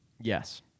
Yes